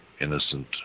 innocent